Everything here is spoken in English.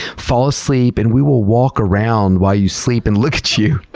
fall asleep and we will walk around while you sleep and look at you.